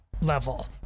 level